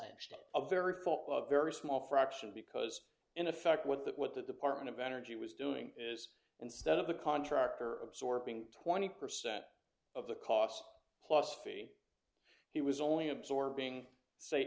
actually a very full of very small fraction because in effect what that what the department of energy was doing is instead of the contractor absorbing twenty percent of the cost plus fee he was only absorbing say